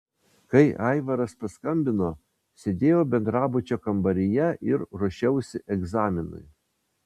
kai aivaras paskambino sėdėjau bendrabučio kambaryje ir ruošiausi egzaminui